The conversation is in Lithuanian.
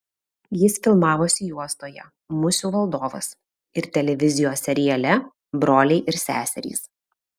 jis filmavosi juostoje musių valdovas ir televizijos seriale broliai ir seserys